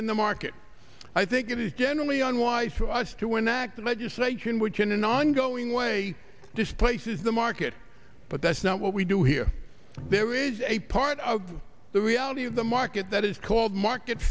in the market i think it is generally unwise to us to enact legislation which in an ongoing way displaces the market but that's not what we do here there is a part of the reality of the market that is called market